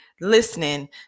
listening